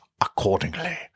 accordingly